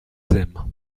aiment